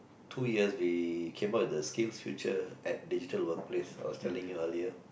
two years we came up with the SkillsFuture at digital workplace I was telling you earlier